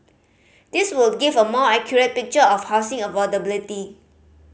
these would give a more accurate picture of housing affordability